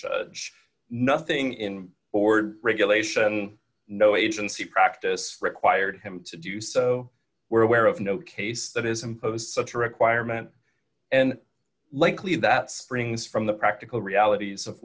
nothing in order regulation no agency practice required him to do so we're aware of no case that is impose such a requirement and likely that springs from the practical realities of